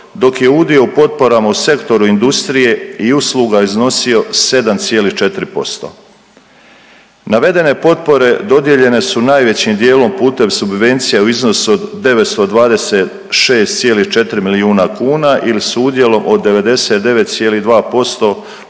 dok je udio u potporama u Sektoru industrije i usluga iznosio 7,4%. Navedene potpore dodijeljene su najvećim dijelom putem subvencija u iznosu od 926,4 milijuna kuna ili s udjelom od 99,2%